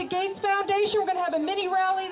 to have a mini really